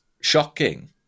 shocking